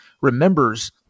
remembers